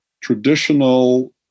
traditional